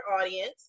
audience